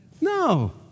No